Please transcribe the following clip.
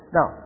Now